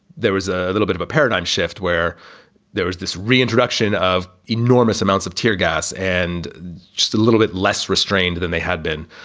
there was ah a a little bit of a paradigm shift where there was this reintroduction of enormous amounts of tear gas and just a little bit less restrained than they had been.